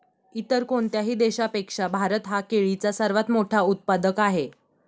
इतर कोणत्याही देशापेक्षा भारत हा केळीचा सर्वात मोठा उत्पादक आहे